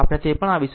આપણે તે પર આવીશું